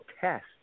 test